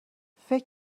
فکر